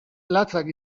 latzak